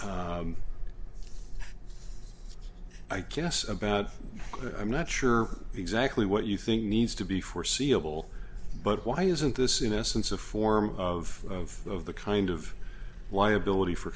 is i guess about i'm not sure exactly what you think needs to be foreseeable but why isn't this innocence a form of the kind of liability for